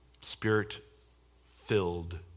Spirit-filled